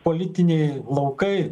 politiniai laukai